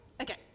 Okay